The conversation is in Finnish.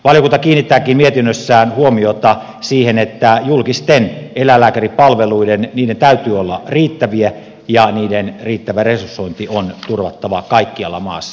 valiokunta kiinnittääkin mietinnössään huomiota siihen että julkisten eläinlääkäripalveluiden täytyy olla riittäviä ja niiden riittävä resursointi on turvattava kaikkialla maassa